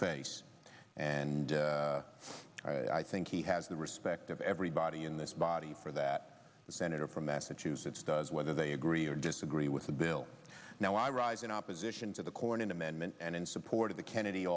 face and i think he has the respect of everybody in this body for that the senator from massachusetts does whether they agree or disagree with the bill now i rise in opposition to the cornyn amendment and in support of the kennedy